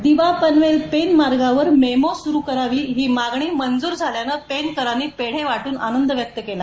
दिवा पनवेल पेण मार्गावर मेमो सुरू करावी ही मागणी मंजूर झाल्यानं पेणकरांनी पेढे वाटून आनंद व्यक्त केला